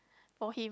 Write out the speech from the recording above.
for him